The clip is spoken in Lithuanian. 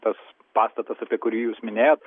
tas pastatas apie kurį jūs minėjot